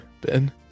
Ben